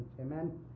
amen